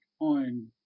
on